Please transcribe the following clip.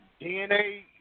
DNA